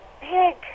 big